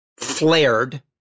flared